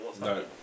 No